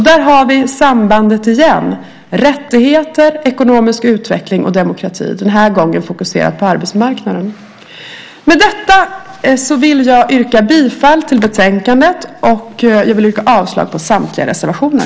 Där har vi sambandet igen: rättigheter, ekonomisk utveckling och demokrati - den här gången fokuserad på arbetsmarknaden. Med detta yrkar jag bifall till förslaget i betänkandet och avslag på samtliga reservationer.